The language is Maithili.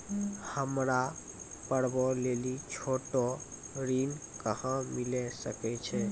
हमरा पर्वो लेली छोटो ऋण कहां मिली सकै छै?